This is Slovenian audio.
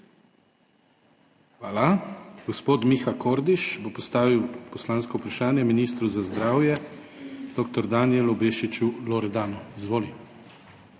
Hvala. Gospod Miha Kordiš bo postavil poslansko vprašanje ministru za zdravje Danijelu Bešiču Loredanu. Izvoli.